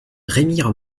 remire